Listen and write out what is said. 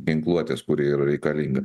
ginkluotės kuri yra reikalinga